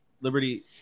Liberty